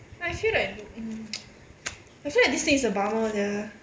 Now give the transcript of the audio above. I feel like I feel like this thing is a bummer sia